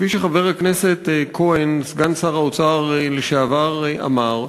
וכפי שחבר הכנסת כהן, סגן שר האוצר לשעבר, אמר,